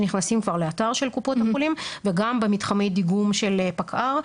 כשנכנסים כבר לאתר של קופות החולים וגם במתחמי דיגום של פקע"ר.